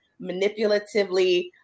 manipulatively